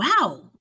Wow